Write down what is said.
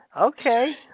Okay